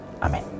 Amen